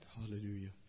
Hallelujah